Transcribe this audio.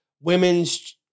Women's